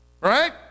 right